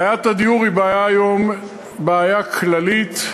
בעיית הדיור היא היום בעיה כללית,